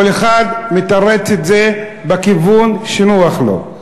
כל אחד מתרץ את זה בכיוון שנוח לו.